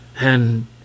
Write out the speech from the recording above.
And